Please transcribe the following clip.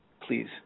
Please